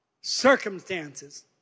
Circumstances